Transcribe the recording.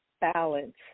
balance